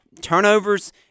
Turnovers